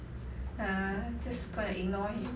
I'm just gonna ignore it